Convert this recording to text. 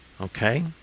Okay